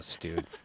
dude